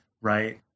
right